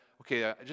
okay